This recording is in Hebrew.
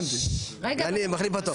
אני מחליף אותו.